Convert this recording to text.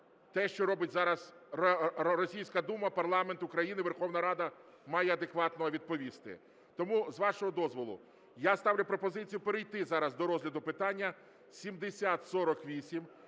те, що робить зараз Російська Дума, парламент України, Верховна Рада має адекватно відповісти. Тому, з вашого дозволу, я ставлю пропозицію перейти зараз до розгляду питання 7048.